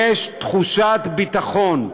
יש תחושת ביטחון.